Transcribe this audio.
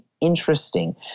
interesting